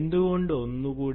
എന്തുകൊണ്ട് ഒന്ന് കൂടി